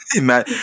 Man